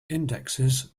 indexes